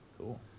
Cool